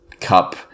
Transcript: Cup